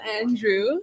Andrew